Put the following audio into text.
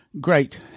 Great